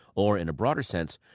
or in a broader sense,